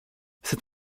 cet